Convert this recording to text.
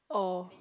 oh